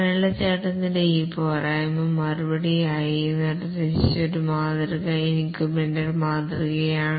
waterfall മോഡലിന്റെ ഈ പോരായ്മക്ക് മറുപടിയായി നിർദ്ദേശിച്ച ഒരു മാതൃക ഇൻക്രിമെന്റൽ മാതൃകയാണ്